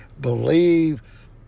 believe